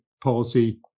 policy